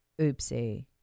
Oopsie